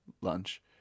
lunch